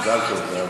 אז מזל טוב.